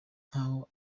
nkaho